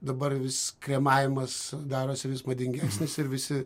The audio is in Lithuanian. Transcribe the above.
dabar vis kremavimas darosi vis madingesnis ir visi